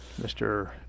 Mr